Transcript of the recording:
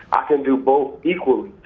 i can do both equally.